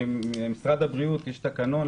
כי למשרד הבריאות יש תקנון,